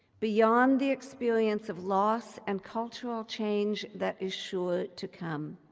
beyond the experience of loss and cultural change that is sure to come.